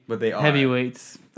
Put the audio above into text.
heavyweights